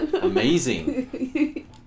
amazing